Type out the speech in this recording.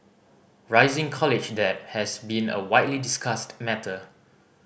rising college debt has been a widely discussed matter